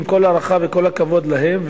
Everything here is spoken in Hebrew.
עם כל ההערכה וכל הכבוד להם,